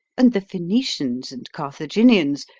and the phoenicians and carthaginians,